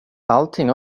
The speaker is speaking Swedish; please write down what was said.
allting